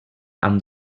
amb